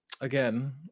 Again